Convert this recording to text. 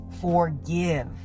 forgive